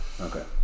Okay